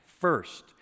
First